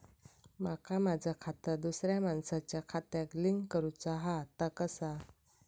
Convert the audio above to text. माका माझा खाता दुसऱ्या मानसाच्या खात्याक लिंक करूचा हा ता कसा?